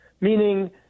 meaning